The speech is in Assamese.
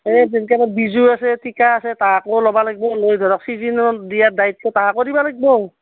এই তেনেকৈ বিজু আছে চিকা আছে তাহাকো ল'ব লাগিব লৈ ধৰক ছিজনত দিয়া দায়িত্ব তাহাকো দিব লাগিব